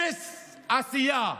אפס עשייה,